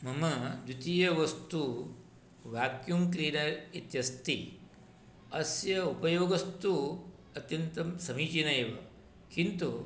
मम द्वितीयवस्तु vacuum cleaner इत्यस्ति अस्य उपयोगस्तु अत्यन्तं समीचीनं एव किन्तु